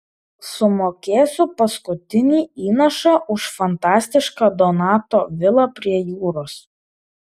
sumokėsiu paskutinį įnašą už fantastišką donato vilą prie jūros